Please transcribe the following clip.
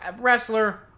wrestler